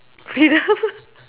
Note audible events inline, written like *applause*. *laughs* freedom